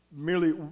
Merely